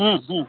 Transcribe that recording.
ᱦᱮᱸ ᱦᱮᱸ